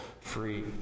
free